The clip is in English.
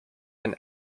and